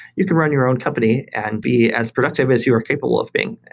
you can run your own company and be as productive as you are capable of being,